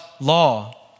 law